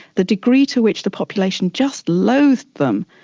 the degree to which the population just loathed them,